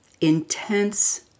intense